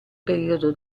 periodo